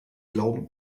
glauben